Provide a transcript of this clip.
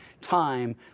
time